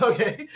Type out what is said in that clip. Okay